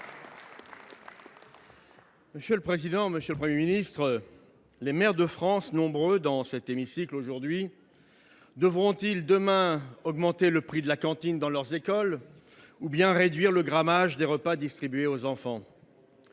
et Républicain. Monsieur le Premier ministre, les maires de France, nombreux dans nos tribunes aujourd’hui, devront ils demain augmenter le tarif de la cantine dans leurs écoles ou bien réduire le grammage des repas distribués aux enfants ?